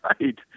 right